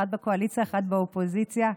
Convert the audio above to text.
אחד בקואליציה ואחד באופוזיציה,